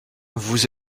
vous